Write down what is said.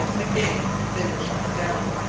again they were shot down.